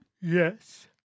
Yes